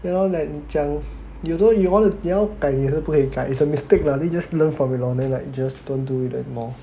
you know like 你讲有时候你 want 你要改你要改的是不会改 it's a mistake lah then you just learn from it lor just don't do it anymore